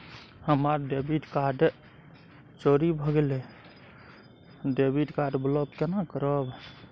हमर debit card चोरी भगेलै डेबिट कार्ड ब्लॉक केना करब?